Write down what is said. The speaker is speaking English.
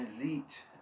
elite